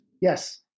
Yes